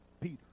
Peter